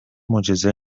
معجزه